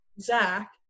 Zach